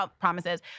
promises